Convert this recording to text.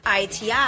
ITI